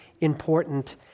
important